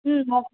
ம் ஓகே